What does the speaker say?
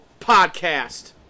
Podcast